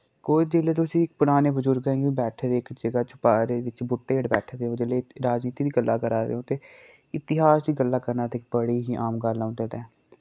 कोई जिसलै तुसी पराने बुजुर्गें गी बैठे दे इक जगाह् चवारे बिच्च बूह्टे हेट्ठ बैठे ओह् जिल्ले राजनीती दी गल्लां करा दे हो ते इतिहास दी गल्लां करना ते इक बड़ी ही आम गल्ल ऐ उंदै तै